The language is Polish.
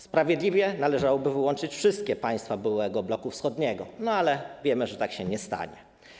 Sprawiedliwie należałoby wyłączyć wszystkie państwa byłego bloku wschodniego, ale wiemy, że tak się nie stanie.